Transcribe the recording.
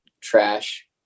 trash